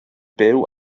byw